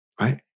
right